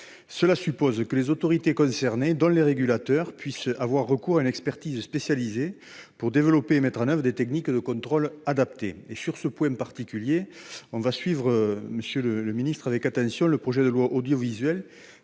Cela suppose que les autorités concernées, dont les régulateurs, puissent avoir recours à une expertise spécialisée pour développer et mettre en oeuvre des techniques de contrôle adaptées. Sur ce point particulier, monsieur le secrétaire d'État, nous suivrons avec attention le projet de loi sur l'audiovisuel,